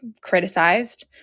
criticized